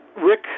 Rick